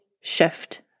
shift